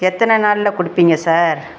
எத்தனை நாளில் கொடுப்பிங்க சார்